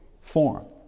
form